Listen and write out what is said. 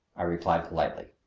i replied politely,